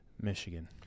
Michigan